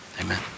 Amen